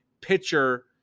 pitcher